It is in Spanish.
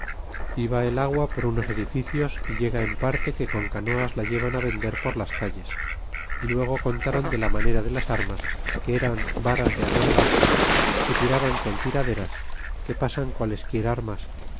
y va el agua por unos edificios y llega en parte que con canoas la llevan á vender por las calles y luego contaron de la manera de las armas que eran varas de a dos gajos que tiraban con tiraderas que pasan qualesquier armas